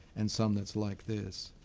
and some that's like this.